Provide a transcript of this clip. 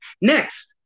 Next